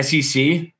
SEC